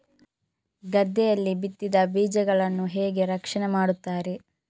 ಗದ್ದೆಯಲ್ಲಿ ಬಿತ್ತಿದ ಬೀಜಗಳನ್ನು ಹೇಗೆ ರಕ್ಷಣೆ ಮಾಡುತ್ತಾರೆ?